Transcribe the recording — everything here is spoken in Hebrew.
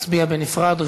נצביע בנפרד.